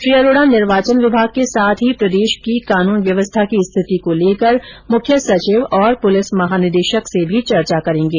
श्री अरोड़ा निर्वाचन विभाग के साथ ही प्रदेश की कानून व्यवस्था की स्थिति को लेकर मुख्य सचिव और पुलिस महानिदेशक से भी चर्चा करेंगे